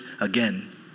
again